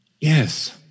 Yes